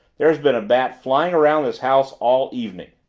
there's been a bat flying around this house all evening.